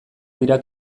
dira